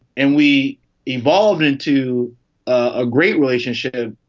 and we evolved into a great relationship.